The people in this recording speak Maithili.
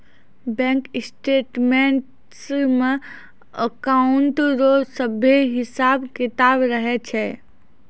बैंक स्टेटमेंट्स मे अकाउंट रो सभे हिसाब किताब रहै छै